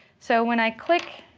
so when i click